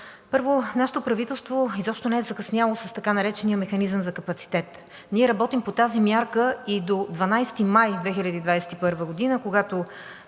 първо, нашето правителство изобщо не е закъсняло с така наречения „механизъм за капацитет“. Ние работихме по тази мярка и до 12 май 2021 г., когато